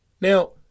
Now